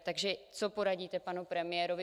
Takže co poradíte panu premiérovi?